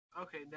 Okay